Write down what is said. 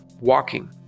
Walking